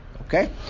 Okay